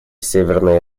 северной